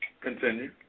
Continue